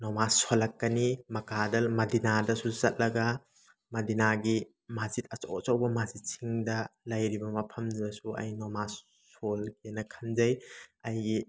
ꯅꯃꯥꯖ ꯁꯣꯜꯂꯛꯀꯅꯤ ꯃꯀꯥꯗ ꯃꯗꯤꯅꯥꯗꯁꯨ ꯆꯠꯂꯒ ꯃꯗꯤꯅꯥꯒꯤ ꯃꯁꯖꯤꯠ ꯑꯆꯧ ꯑꯆꯧꯕ ꯃꯁꯖꯤꯠꯁꯤꯡꯗ ꯂꯩꯔꯤꯕ ꯃꯐꯝꯗꯨꯗꯁꯨ ꯑꯩꯅ ꯅꯃꯥꯖ ꯁꯣꯟꯒꯦꯅ ꯈꯟꯖꯩ ꯑꯩꯒꯤ